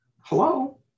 hello